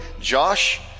Josh